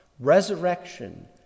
resurrection